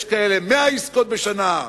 יש 100 עסקאות כאלה בשנה?